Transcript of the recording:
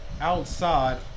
outside